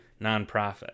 nonprofit